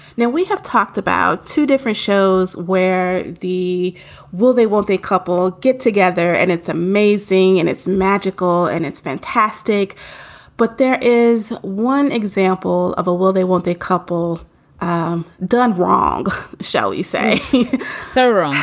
you know we have talked about two different shows where the will they won't they couple get together and it's amazing and it's magical and it's fantastic but there is one example of a will they won't they couple um done wrong, shall we say so wrong,